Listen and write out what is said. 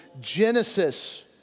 Genesis